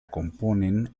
componen